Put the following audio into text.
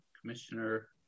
Commissioner